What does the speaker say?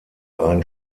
ein